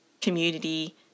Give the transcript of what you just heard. community